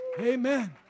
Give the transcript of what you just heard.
Amen